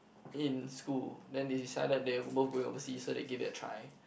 in school then they decided they are both going overseas so they give it a try